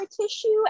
tissue